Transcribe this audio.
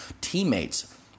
teammates